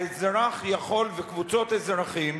האזרח יכול, וקבוצות אזרחים,